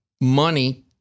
money